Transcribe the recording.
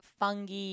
Fungi